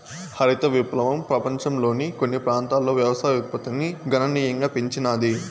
హరిత విప్లవం పపంచంలోని కొన్ని ప్రాంతాలలో వ్యవసాయ ఉత్పత్తిని గణనీయంగా పెంచినాది